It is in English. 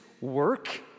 work